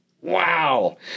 Wow